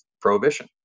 prohibition